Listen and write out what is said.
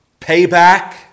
payback